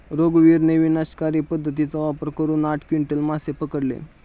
रघुवीरने विनाशकारी पद्धतीचा वापर करून आठ क्विंटल मासे पकडले